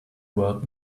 world